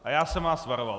A já jsem vás varoval.